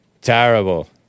Terrible